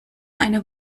eine